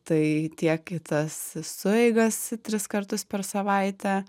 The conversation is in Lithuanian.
tai tiek į tas sueigas tris kartus per savaitę